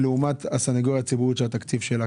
לעומת הסנגוריה הציבורית, שכמה התקציב שלה?